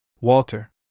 Walter